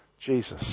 Jesus